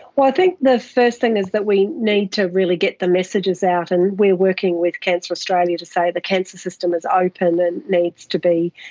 think the first thing is that we need to really get the messages out, and we are working with cancer australia to say the cancer system is open and needs to be,